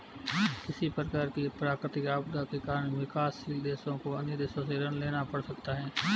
किसी प्रकार की प्राकृतिक आपदा के कारण विकासशील देशों को अन्य देशों से ऋण लेना पड़ सकता है